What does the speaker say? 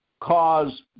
cause